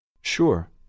Sure